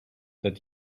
that